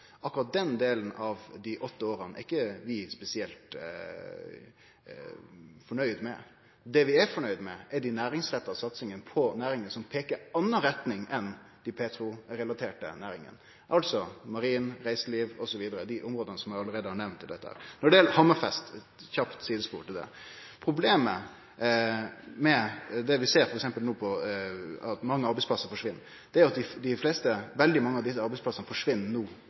Akkurat den delen av dei åtte åra er vi ikkje spesielt fornøgde med. Det vi er fornøgde med, er dei næringsretta satsingane på næringar som peiker i ei anna retning enn dei petroleumsrelaterte næringane, altså marin, reiseliv osv., dei områda som eg allereie har nemnt. Når det gjeld Hammerfest – eit kjapt sidespor til det – er problemet med det vi ser no, f.eks. det at mange arbeidsplassar forsvinn, at dei fleste, veldig mange, av desse arbeidsplassane forsvinn